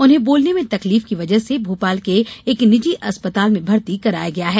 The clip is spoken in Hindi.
उन्हें बोलने में तकलीफ की वजह से भोपाल के एक निजी अस्पताल में भर्ती कराया गया है